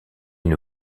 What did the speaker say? une